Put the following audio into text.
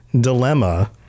dilemma